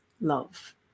love